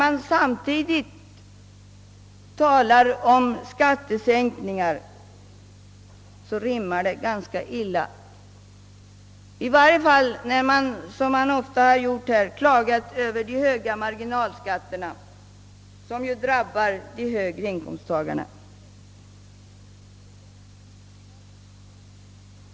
Att samtidigt tala om skattesänkningar rimmar emellertid ganska illa, i varje fall när man, som man ofta har gjort, klagar över de höga marginalskatterna, som ju drabbar de större inkomsttagarna.